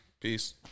Peace